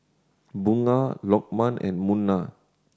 Bunga Lokman and Munah